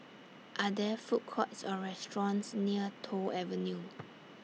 Are There Food Courts Or restaurants near Toh Avenue